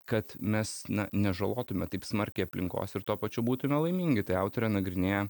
kad mes na nežalotume taip smarkiai aplinkos ir tuo pačiu būtume laimingi tai autorė nagrinėja